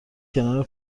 کنار